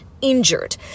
injured